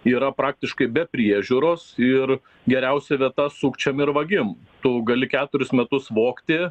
yra praktiškai be priežiūros ir geriausia vieta sukčiam ir vagim tu gali keturis metus vogti